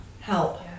help